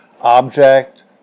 object